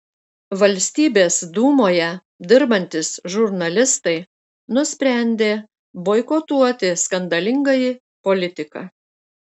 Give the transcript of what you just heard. valstybės dūmoje dirbantys žurnalistai nusprendė boikotuoti skandalingąjį politiką